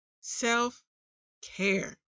self-care